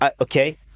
okay